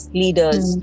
leaders